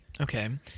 okay